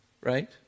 right